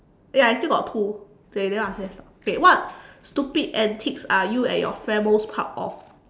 eh I still got two okay then I say first okay what stupid antics are you at your friends most proud of